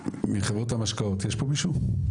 מחברות המשקאות יש פה מישהו?